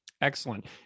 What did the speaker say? Excellent